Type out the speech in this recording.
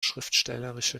schriftstellerische